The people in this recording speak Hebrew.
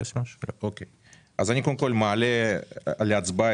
מעלה להצבעה